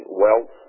wealth